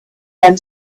then